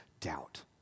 doubt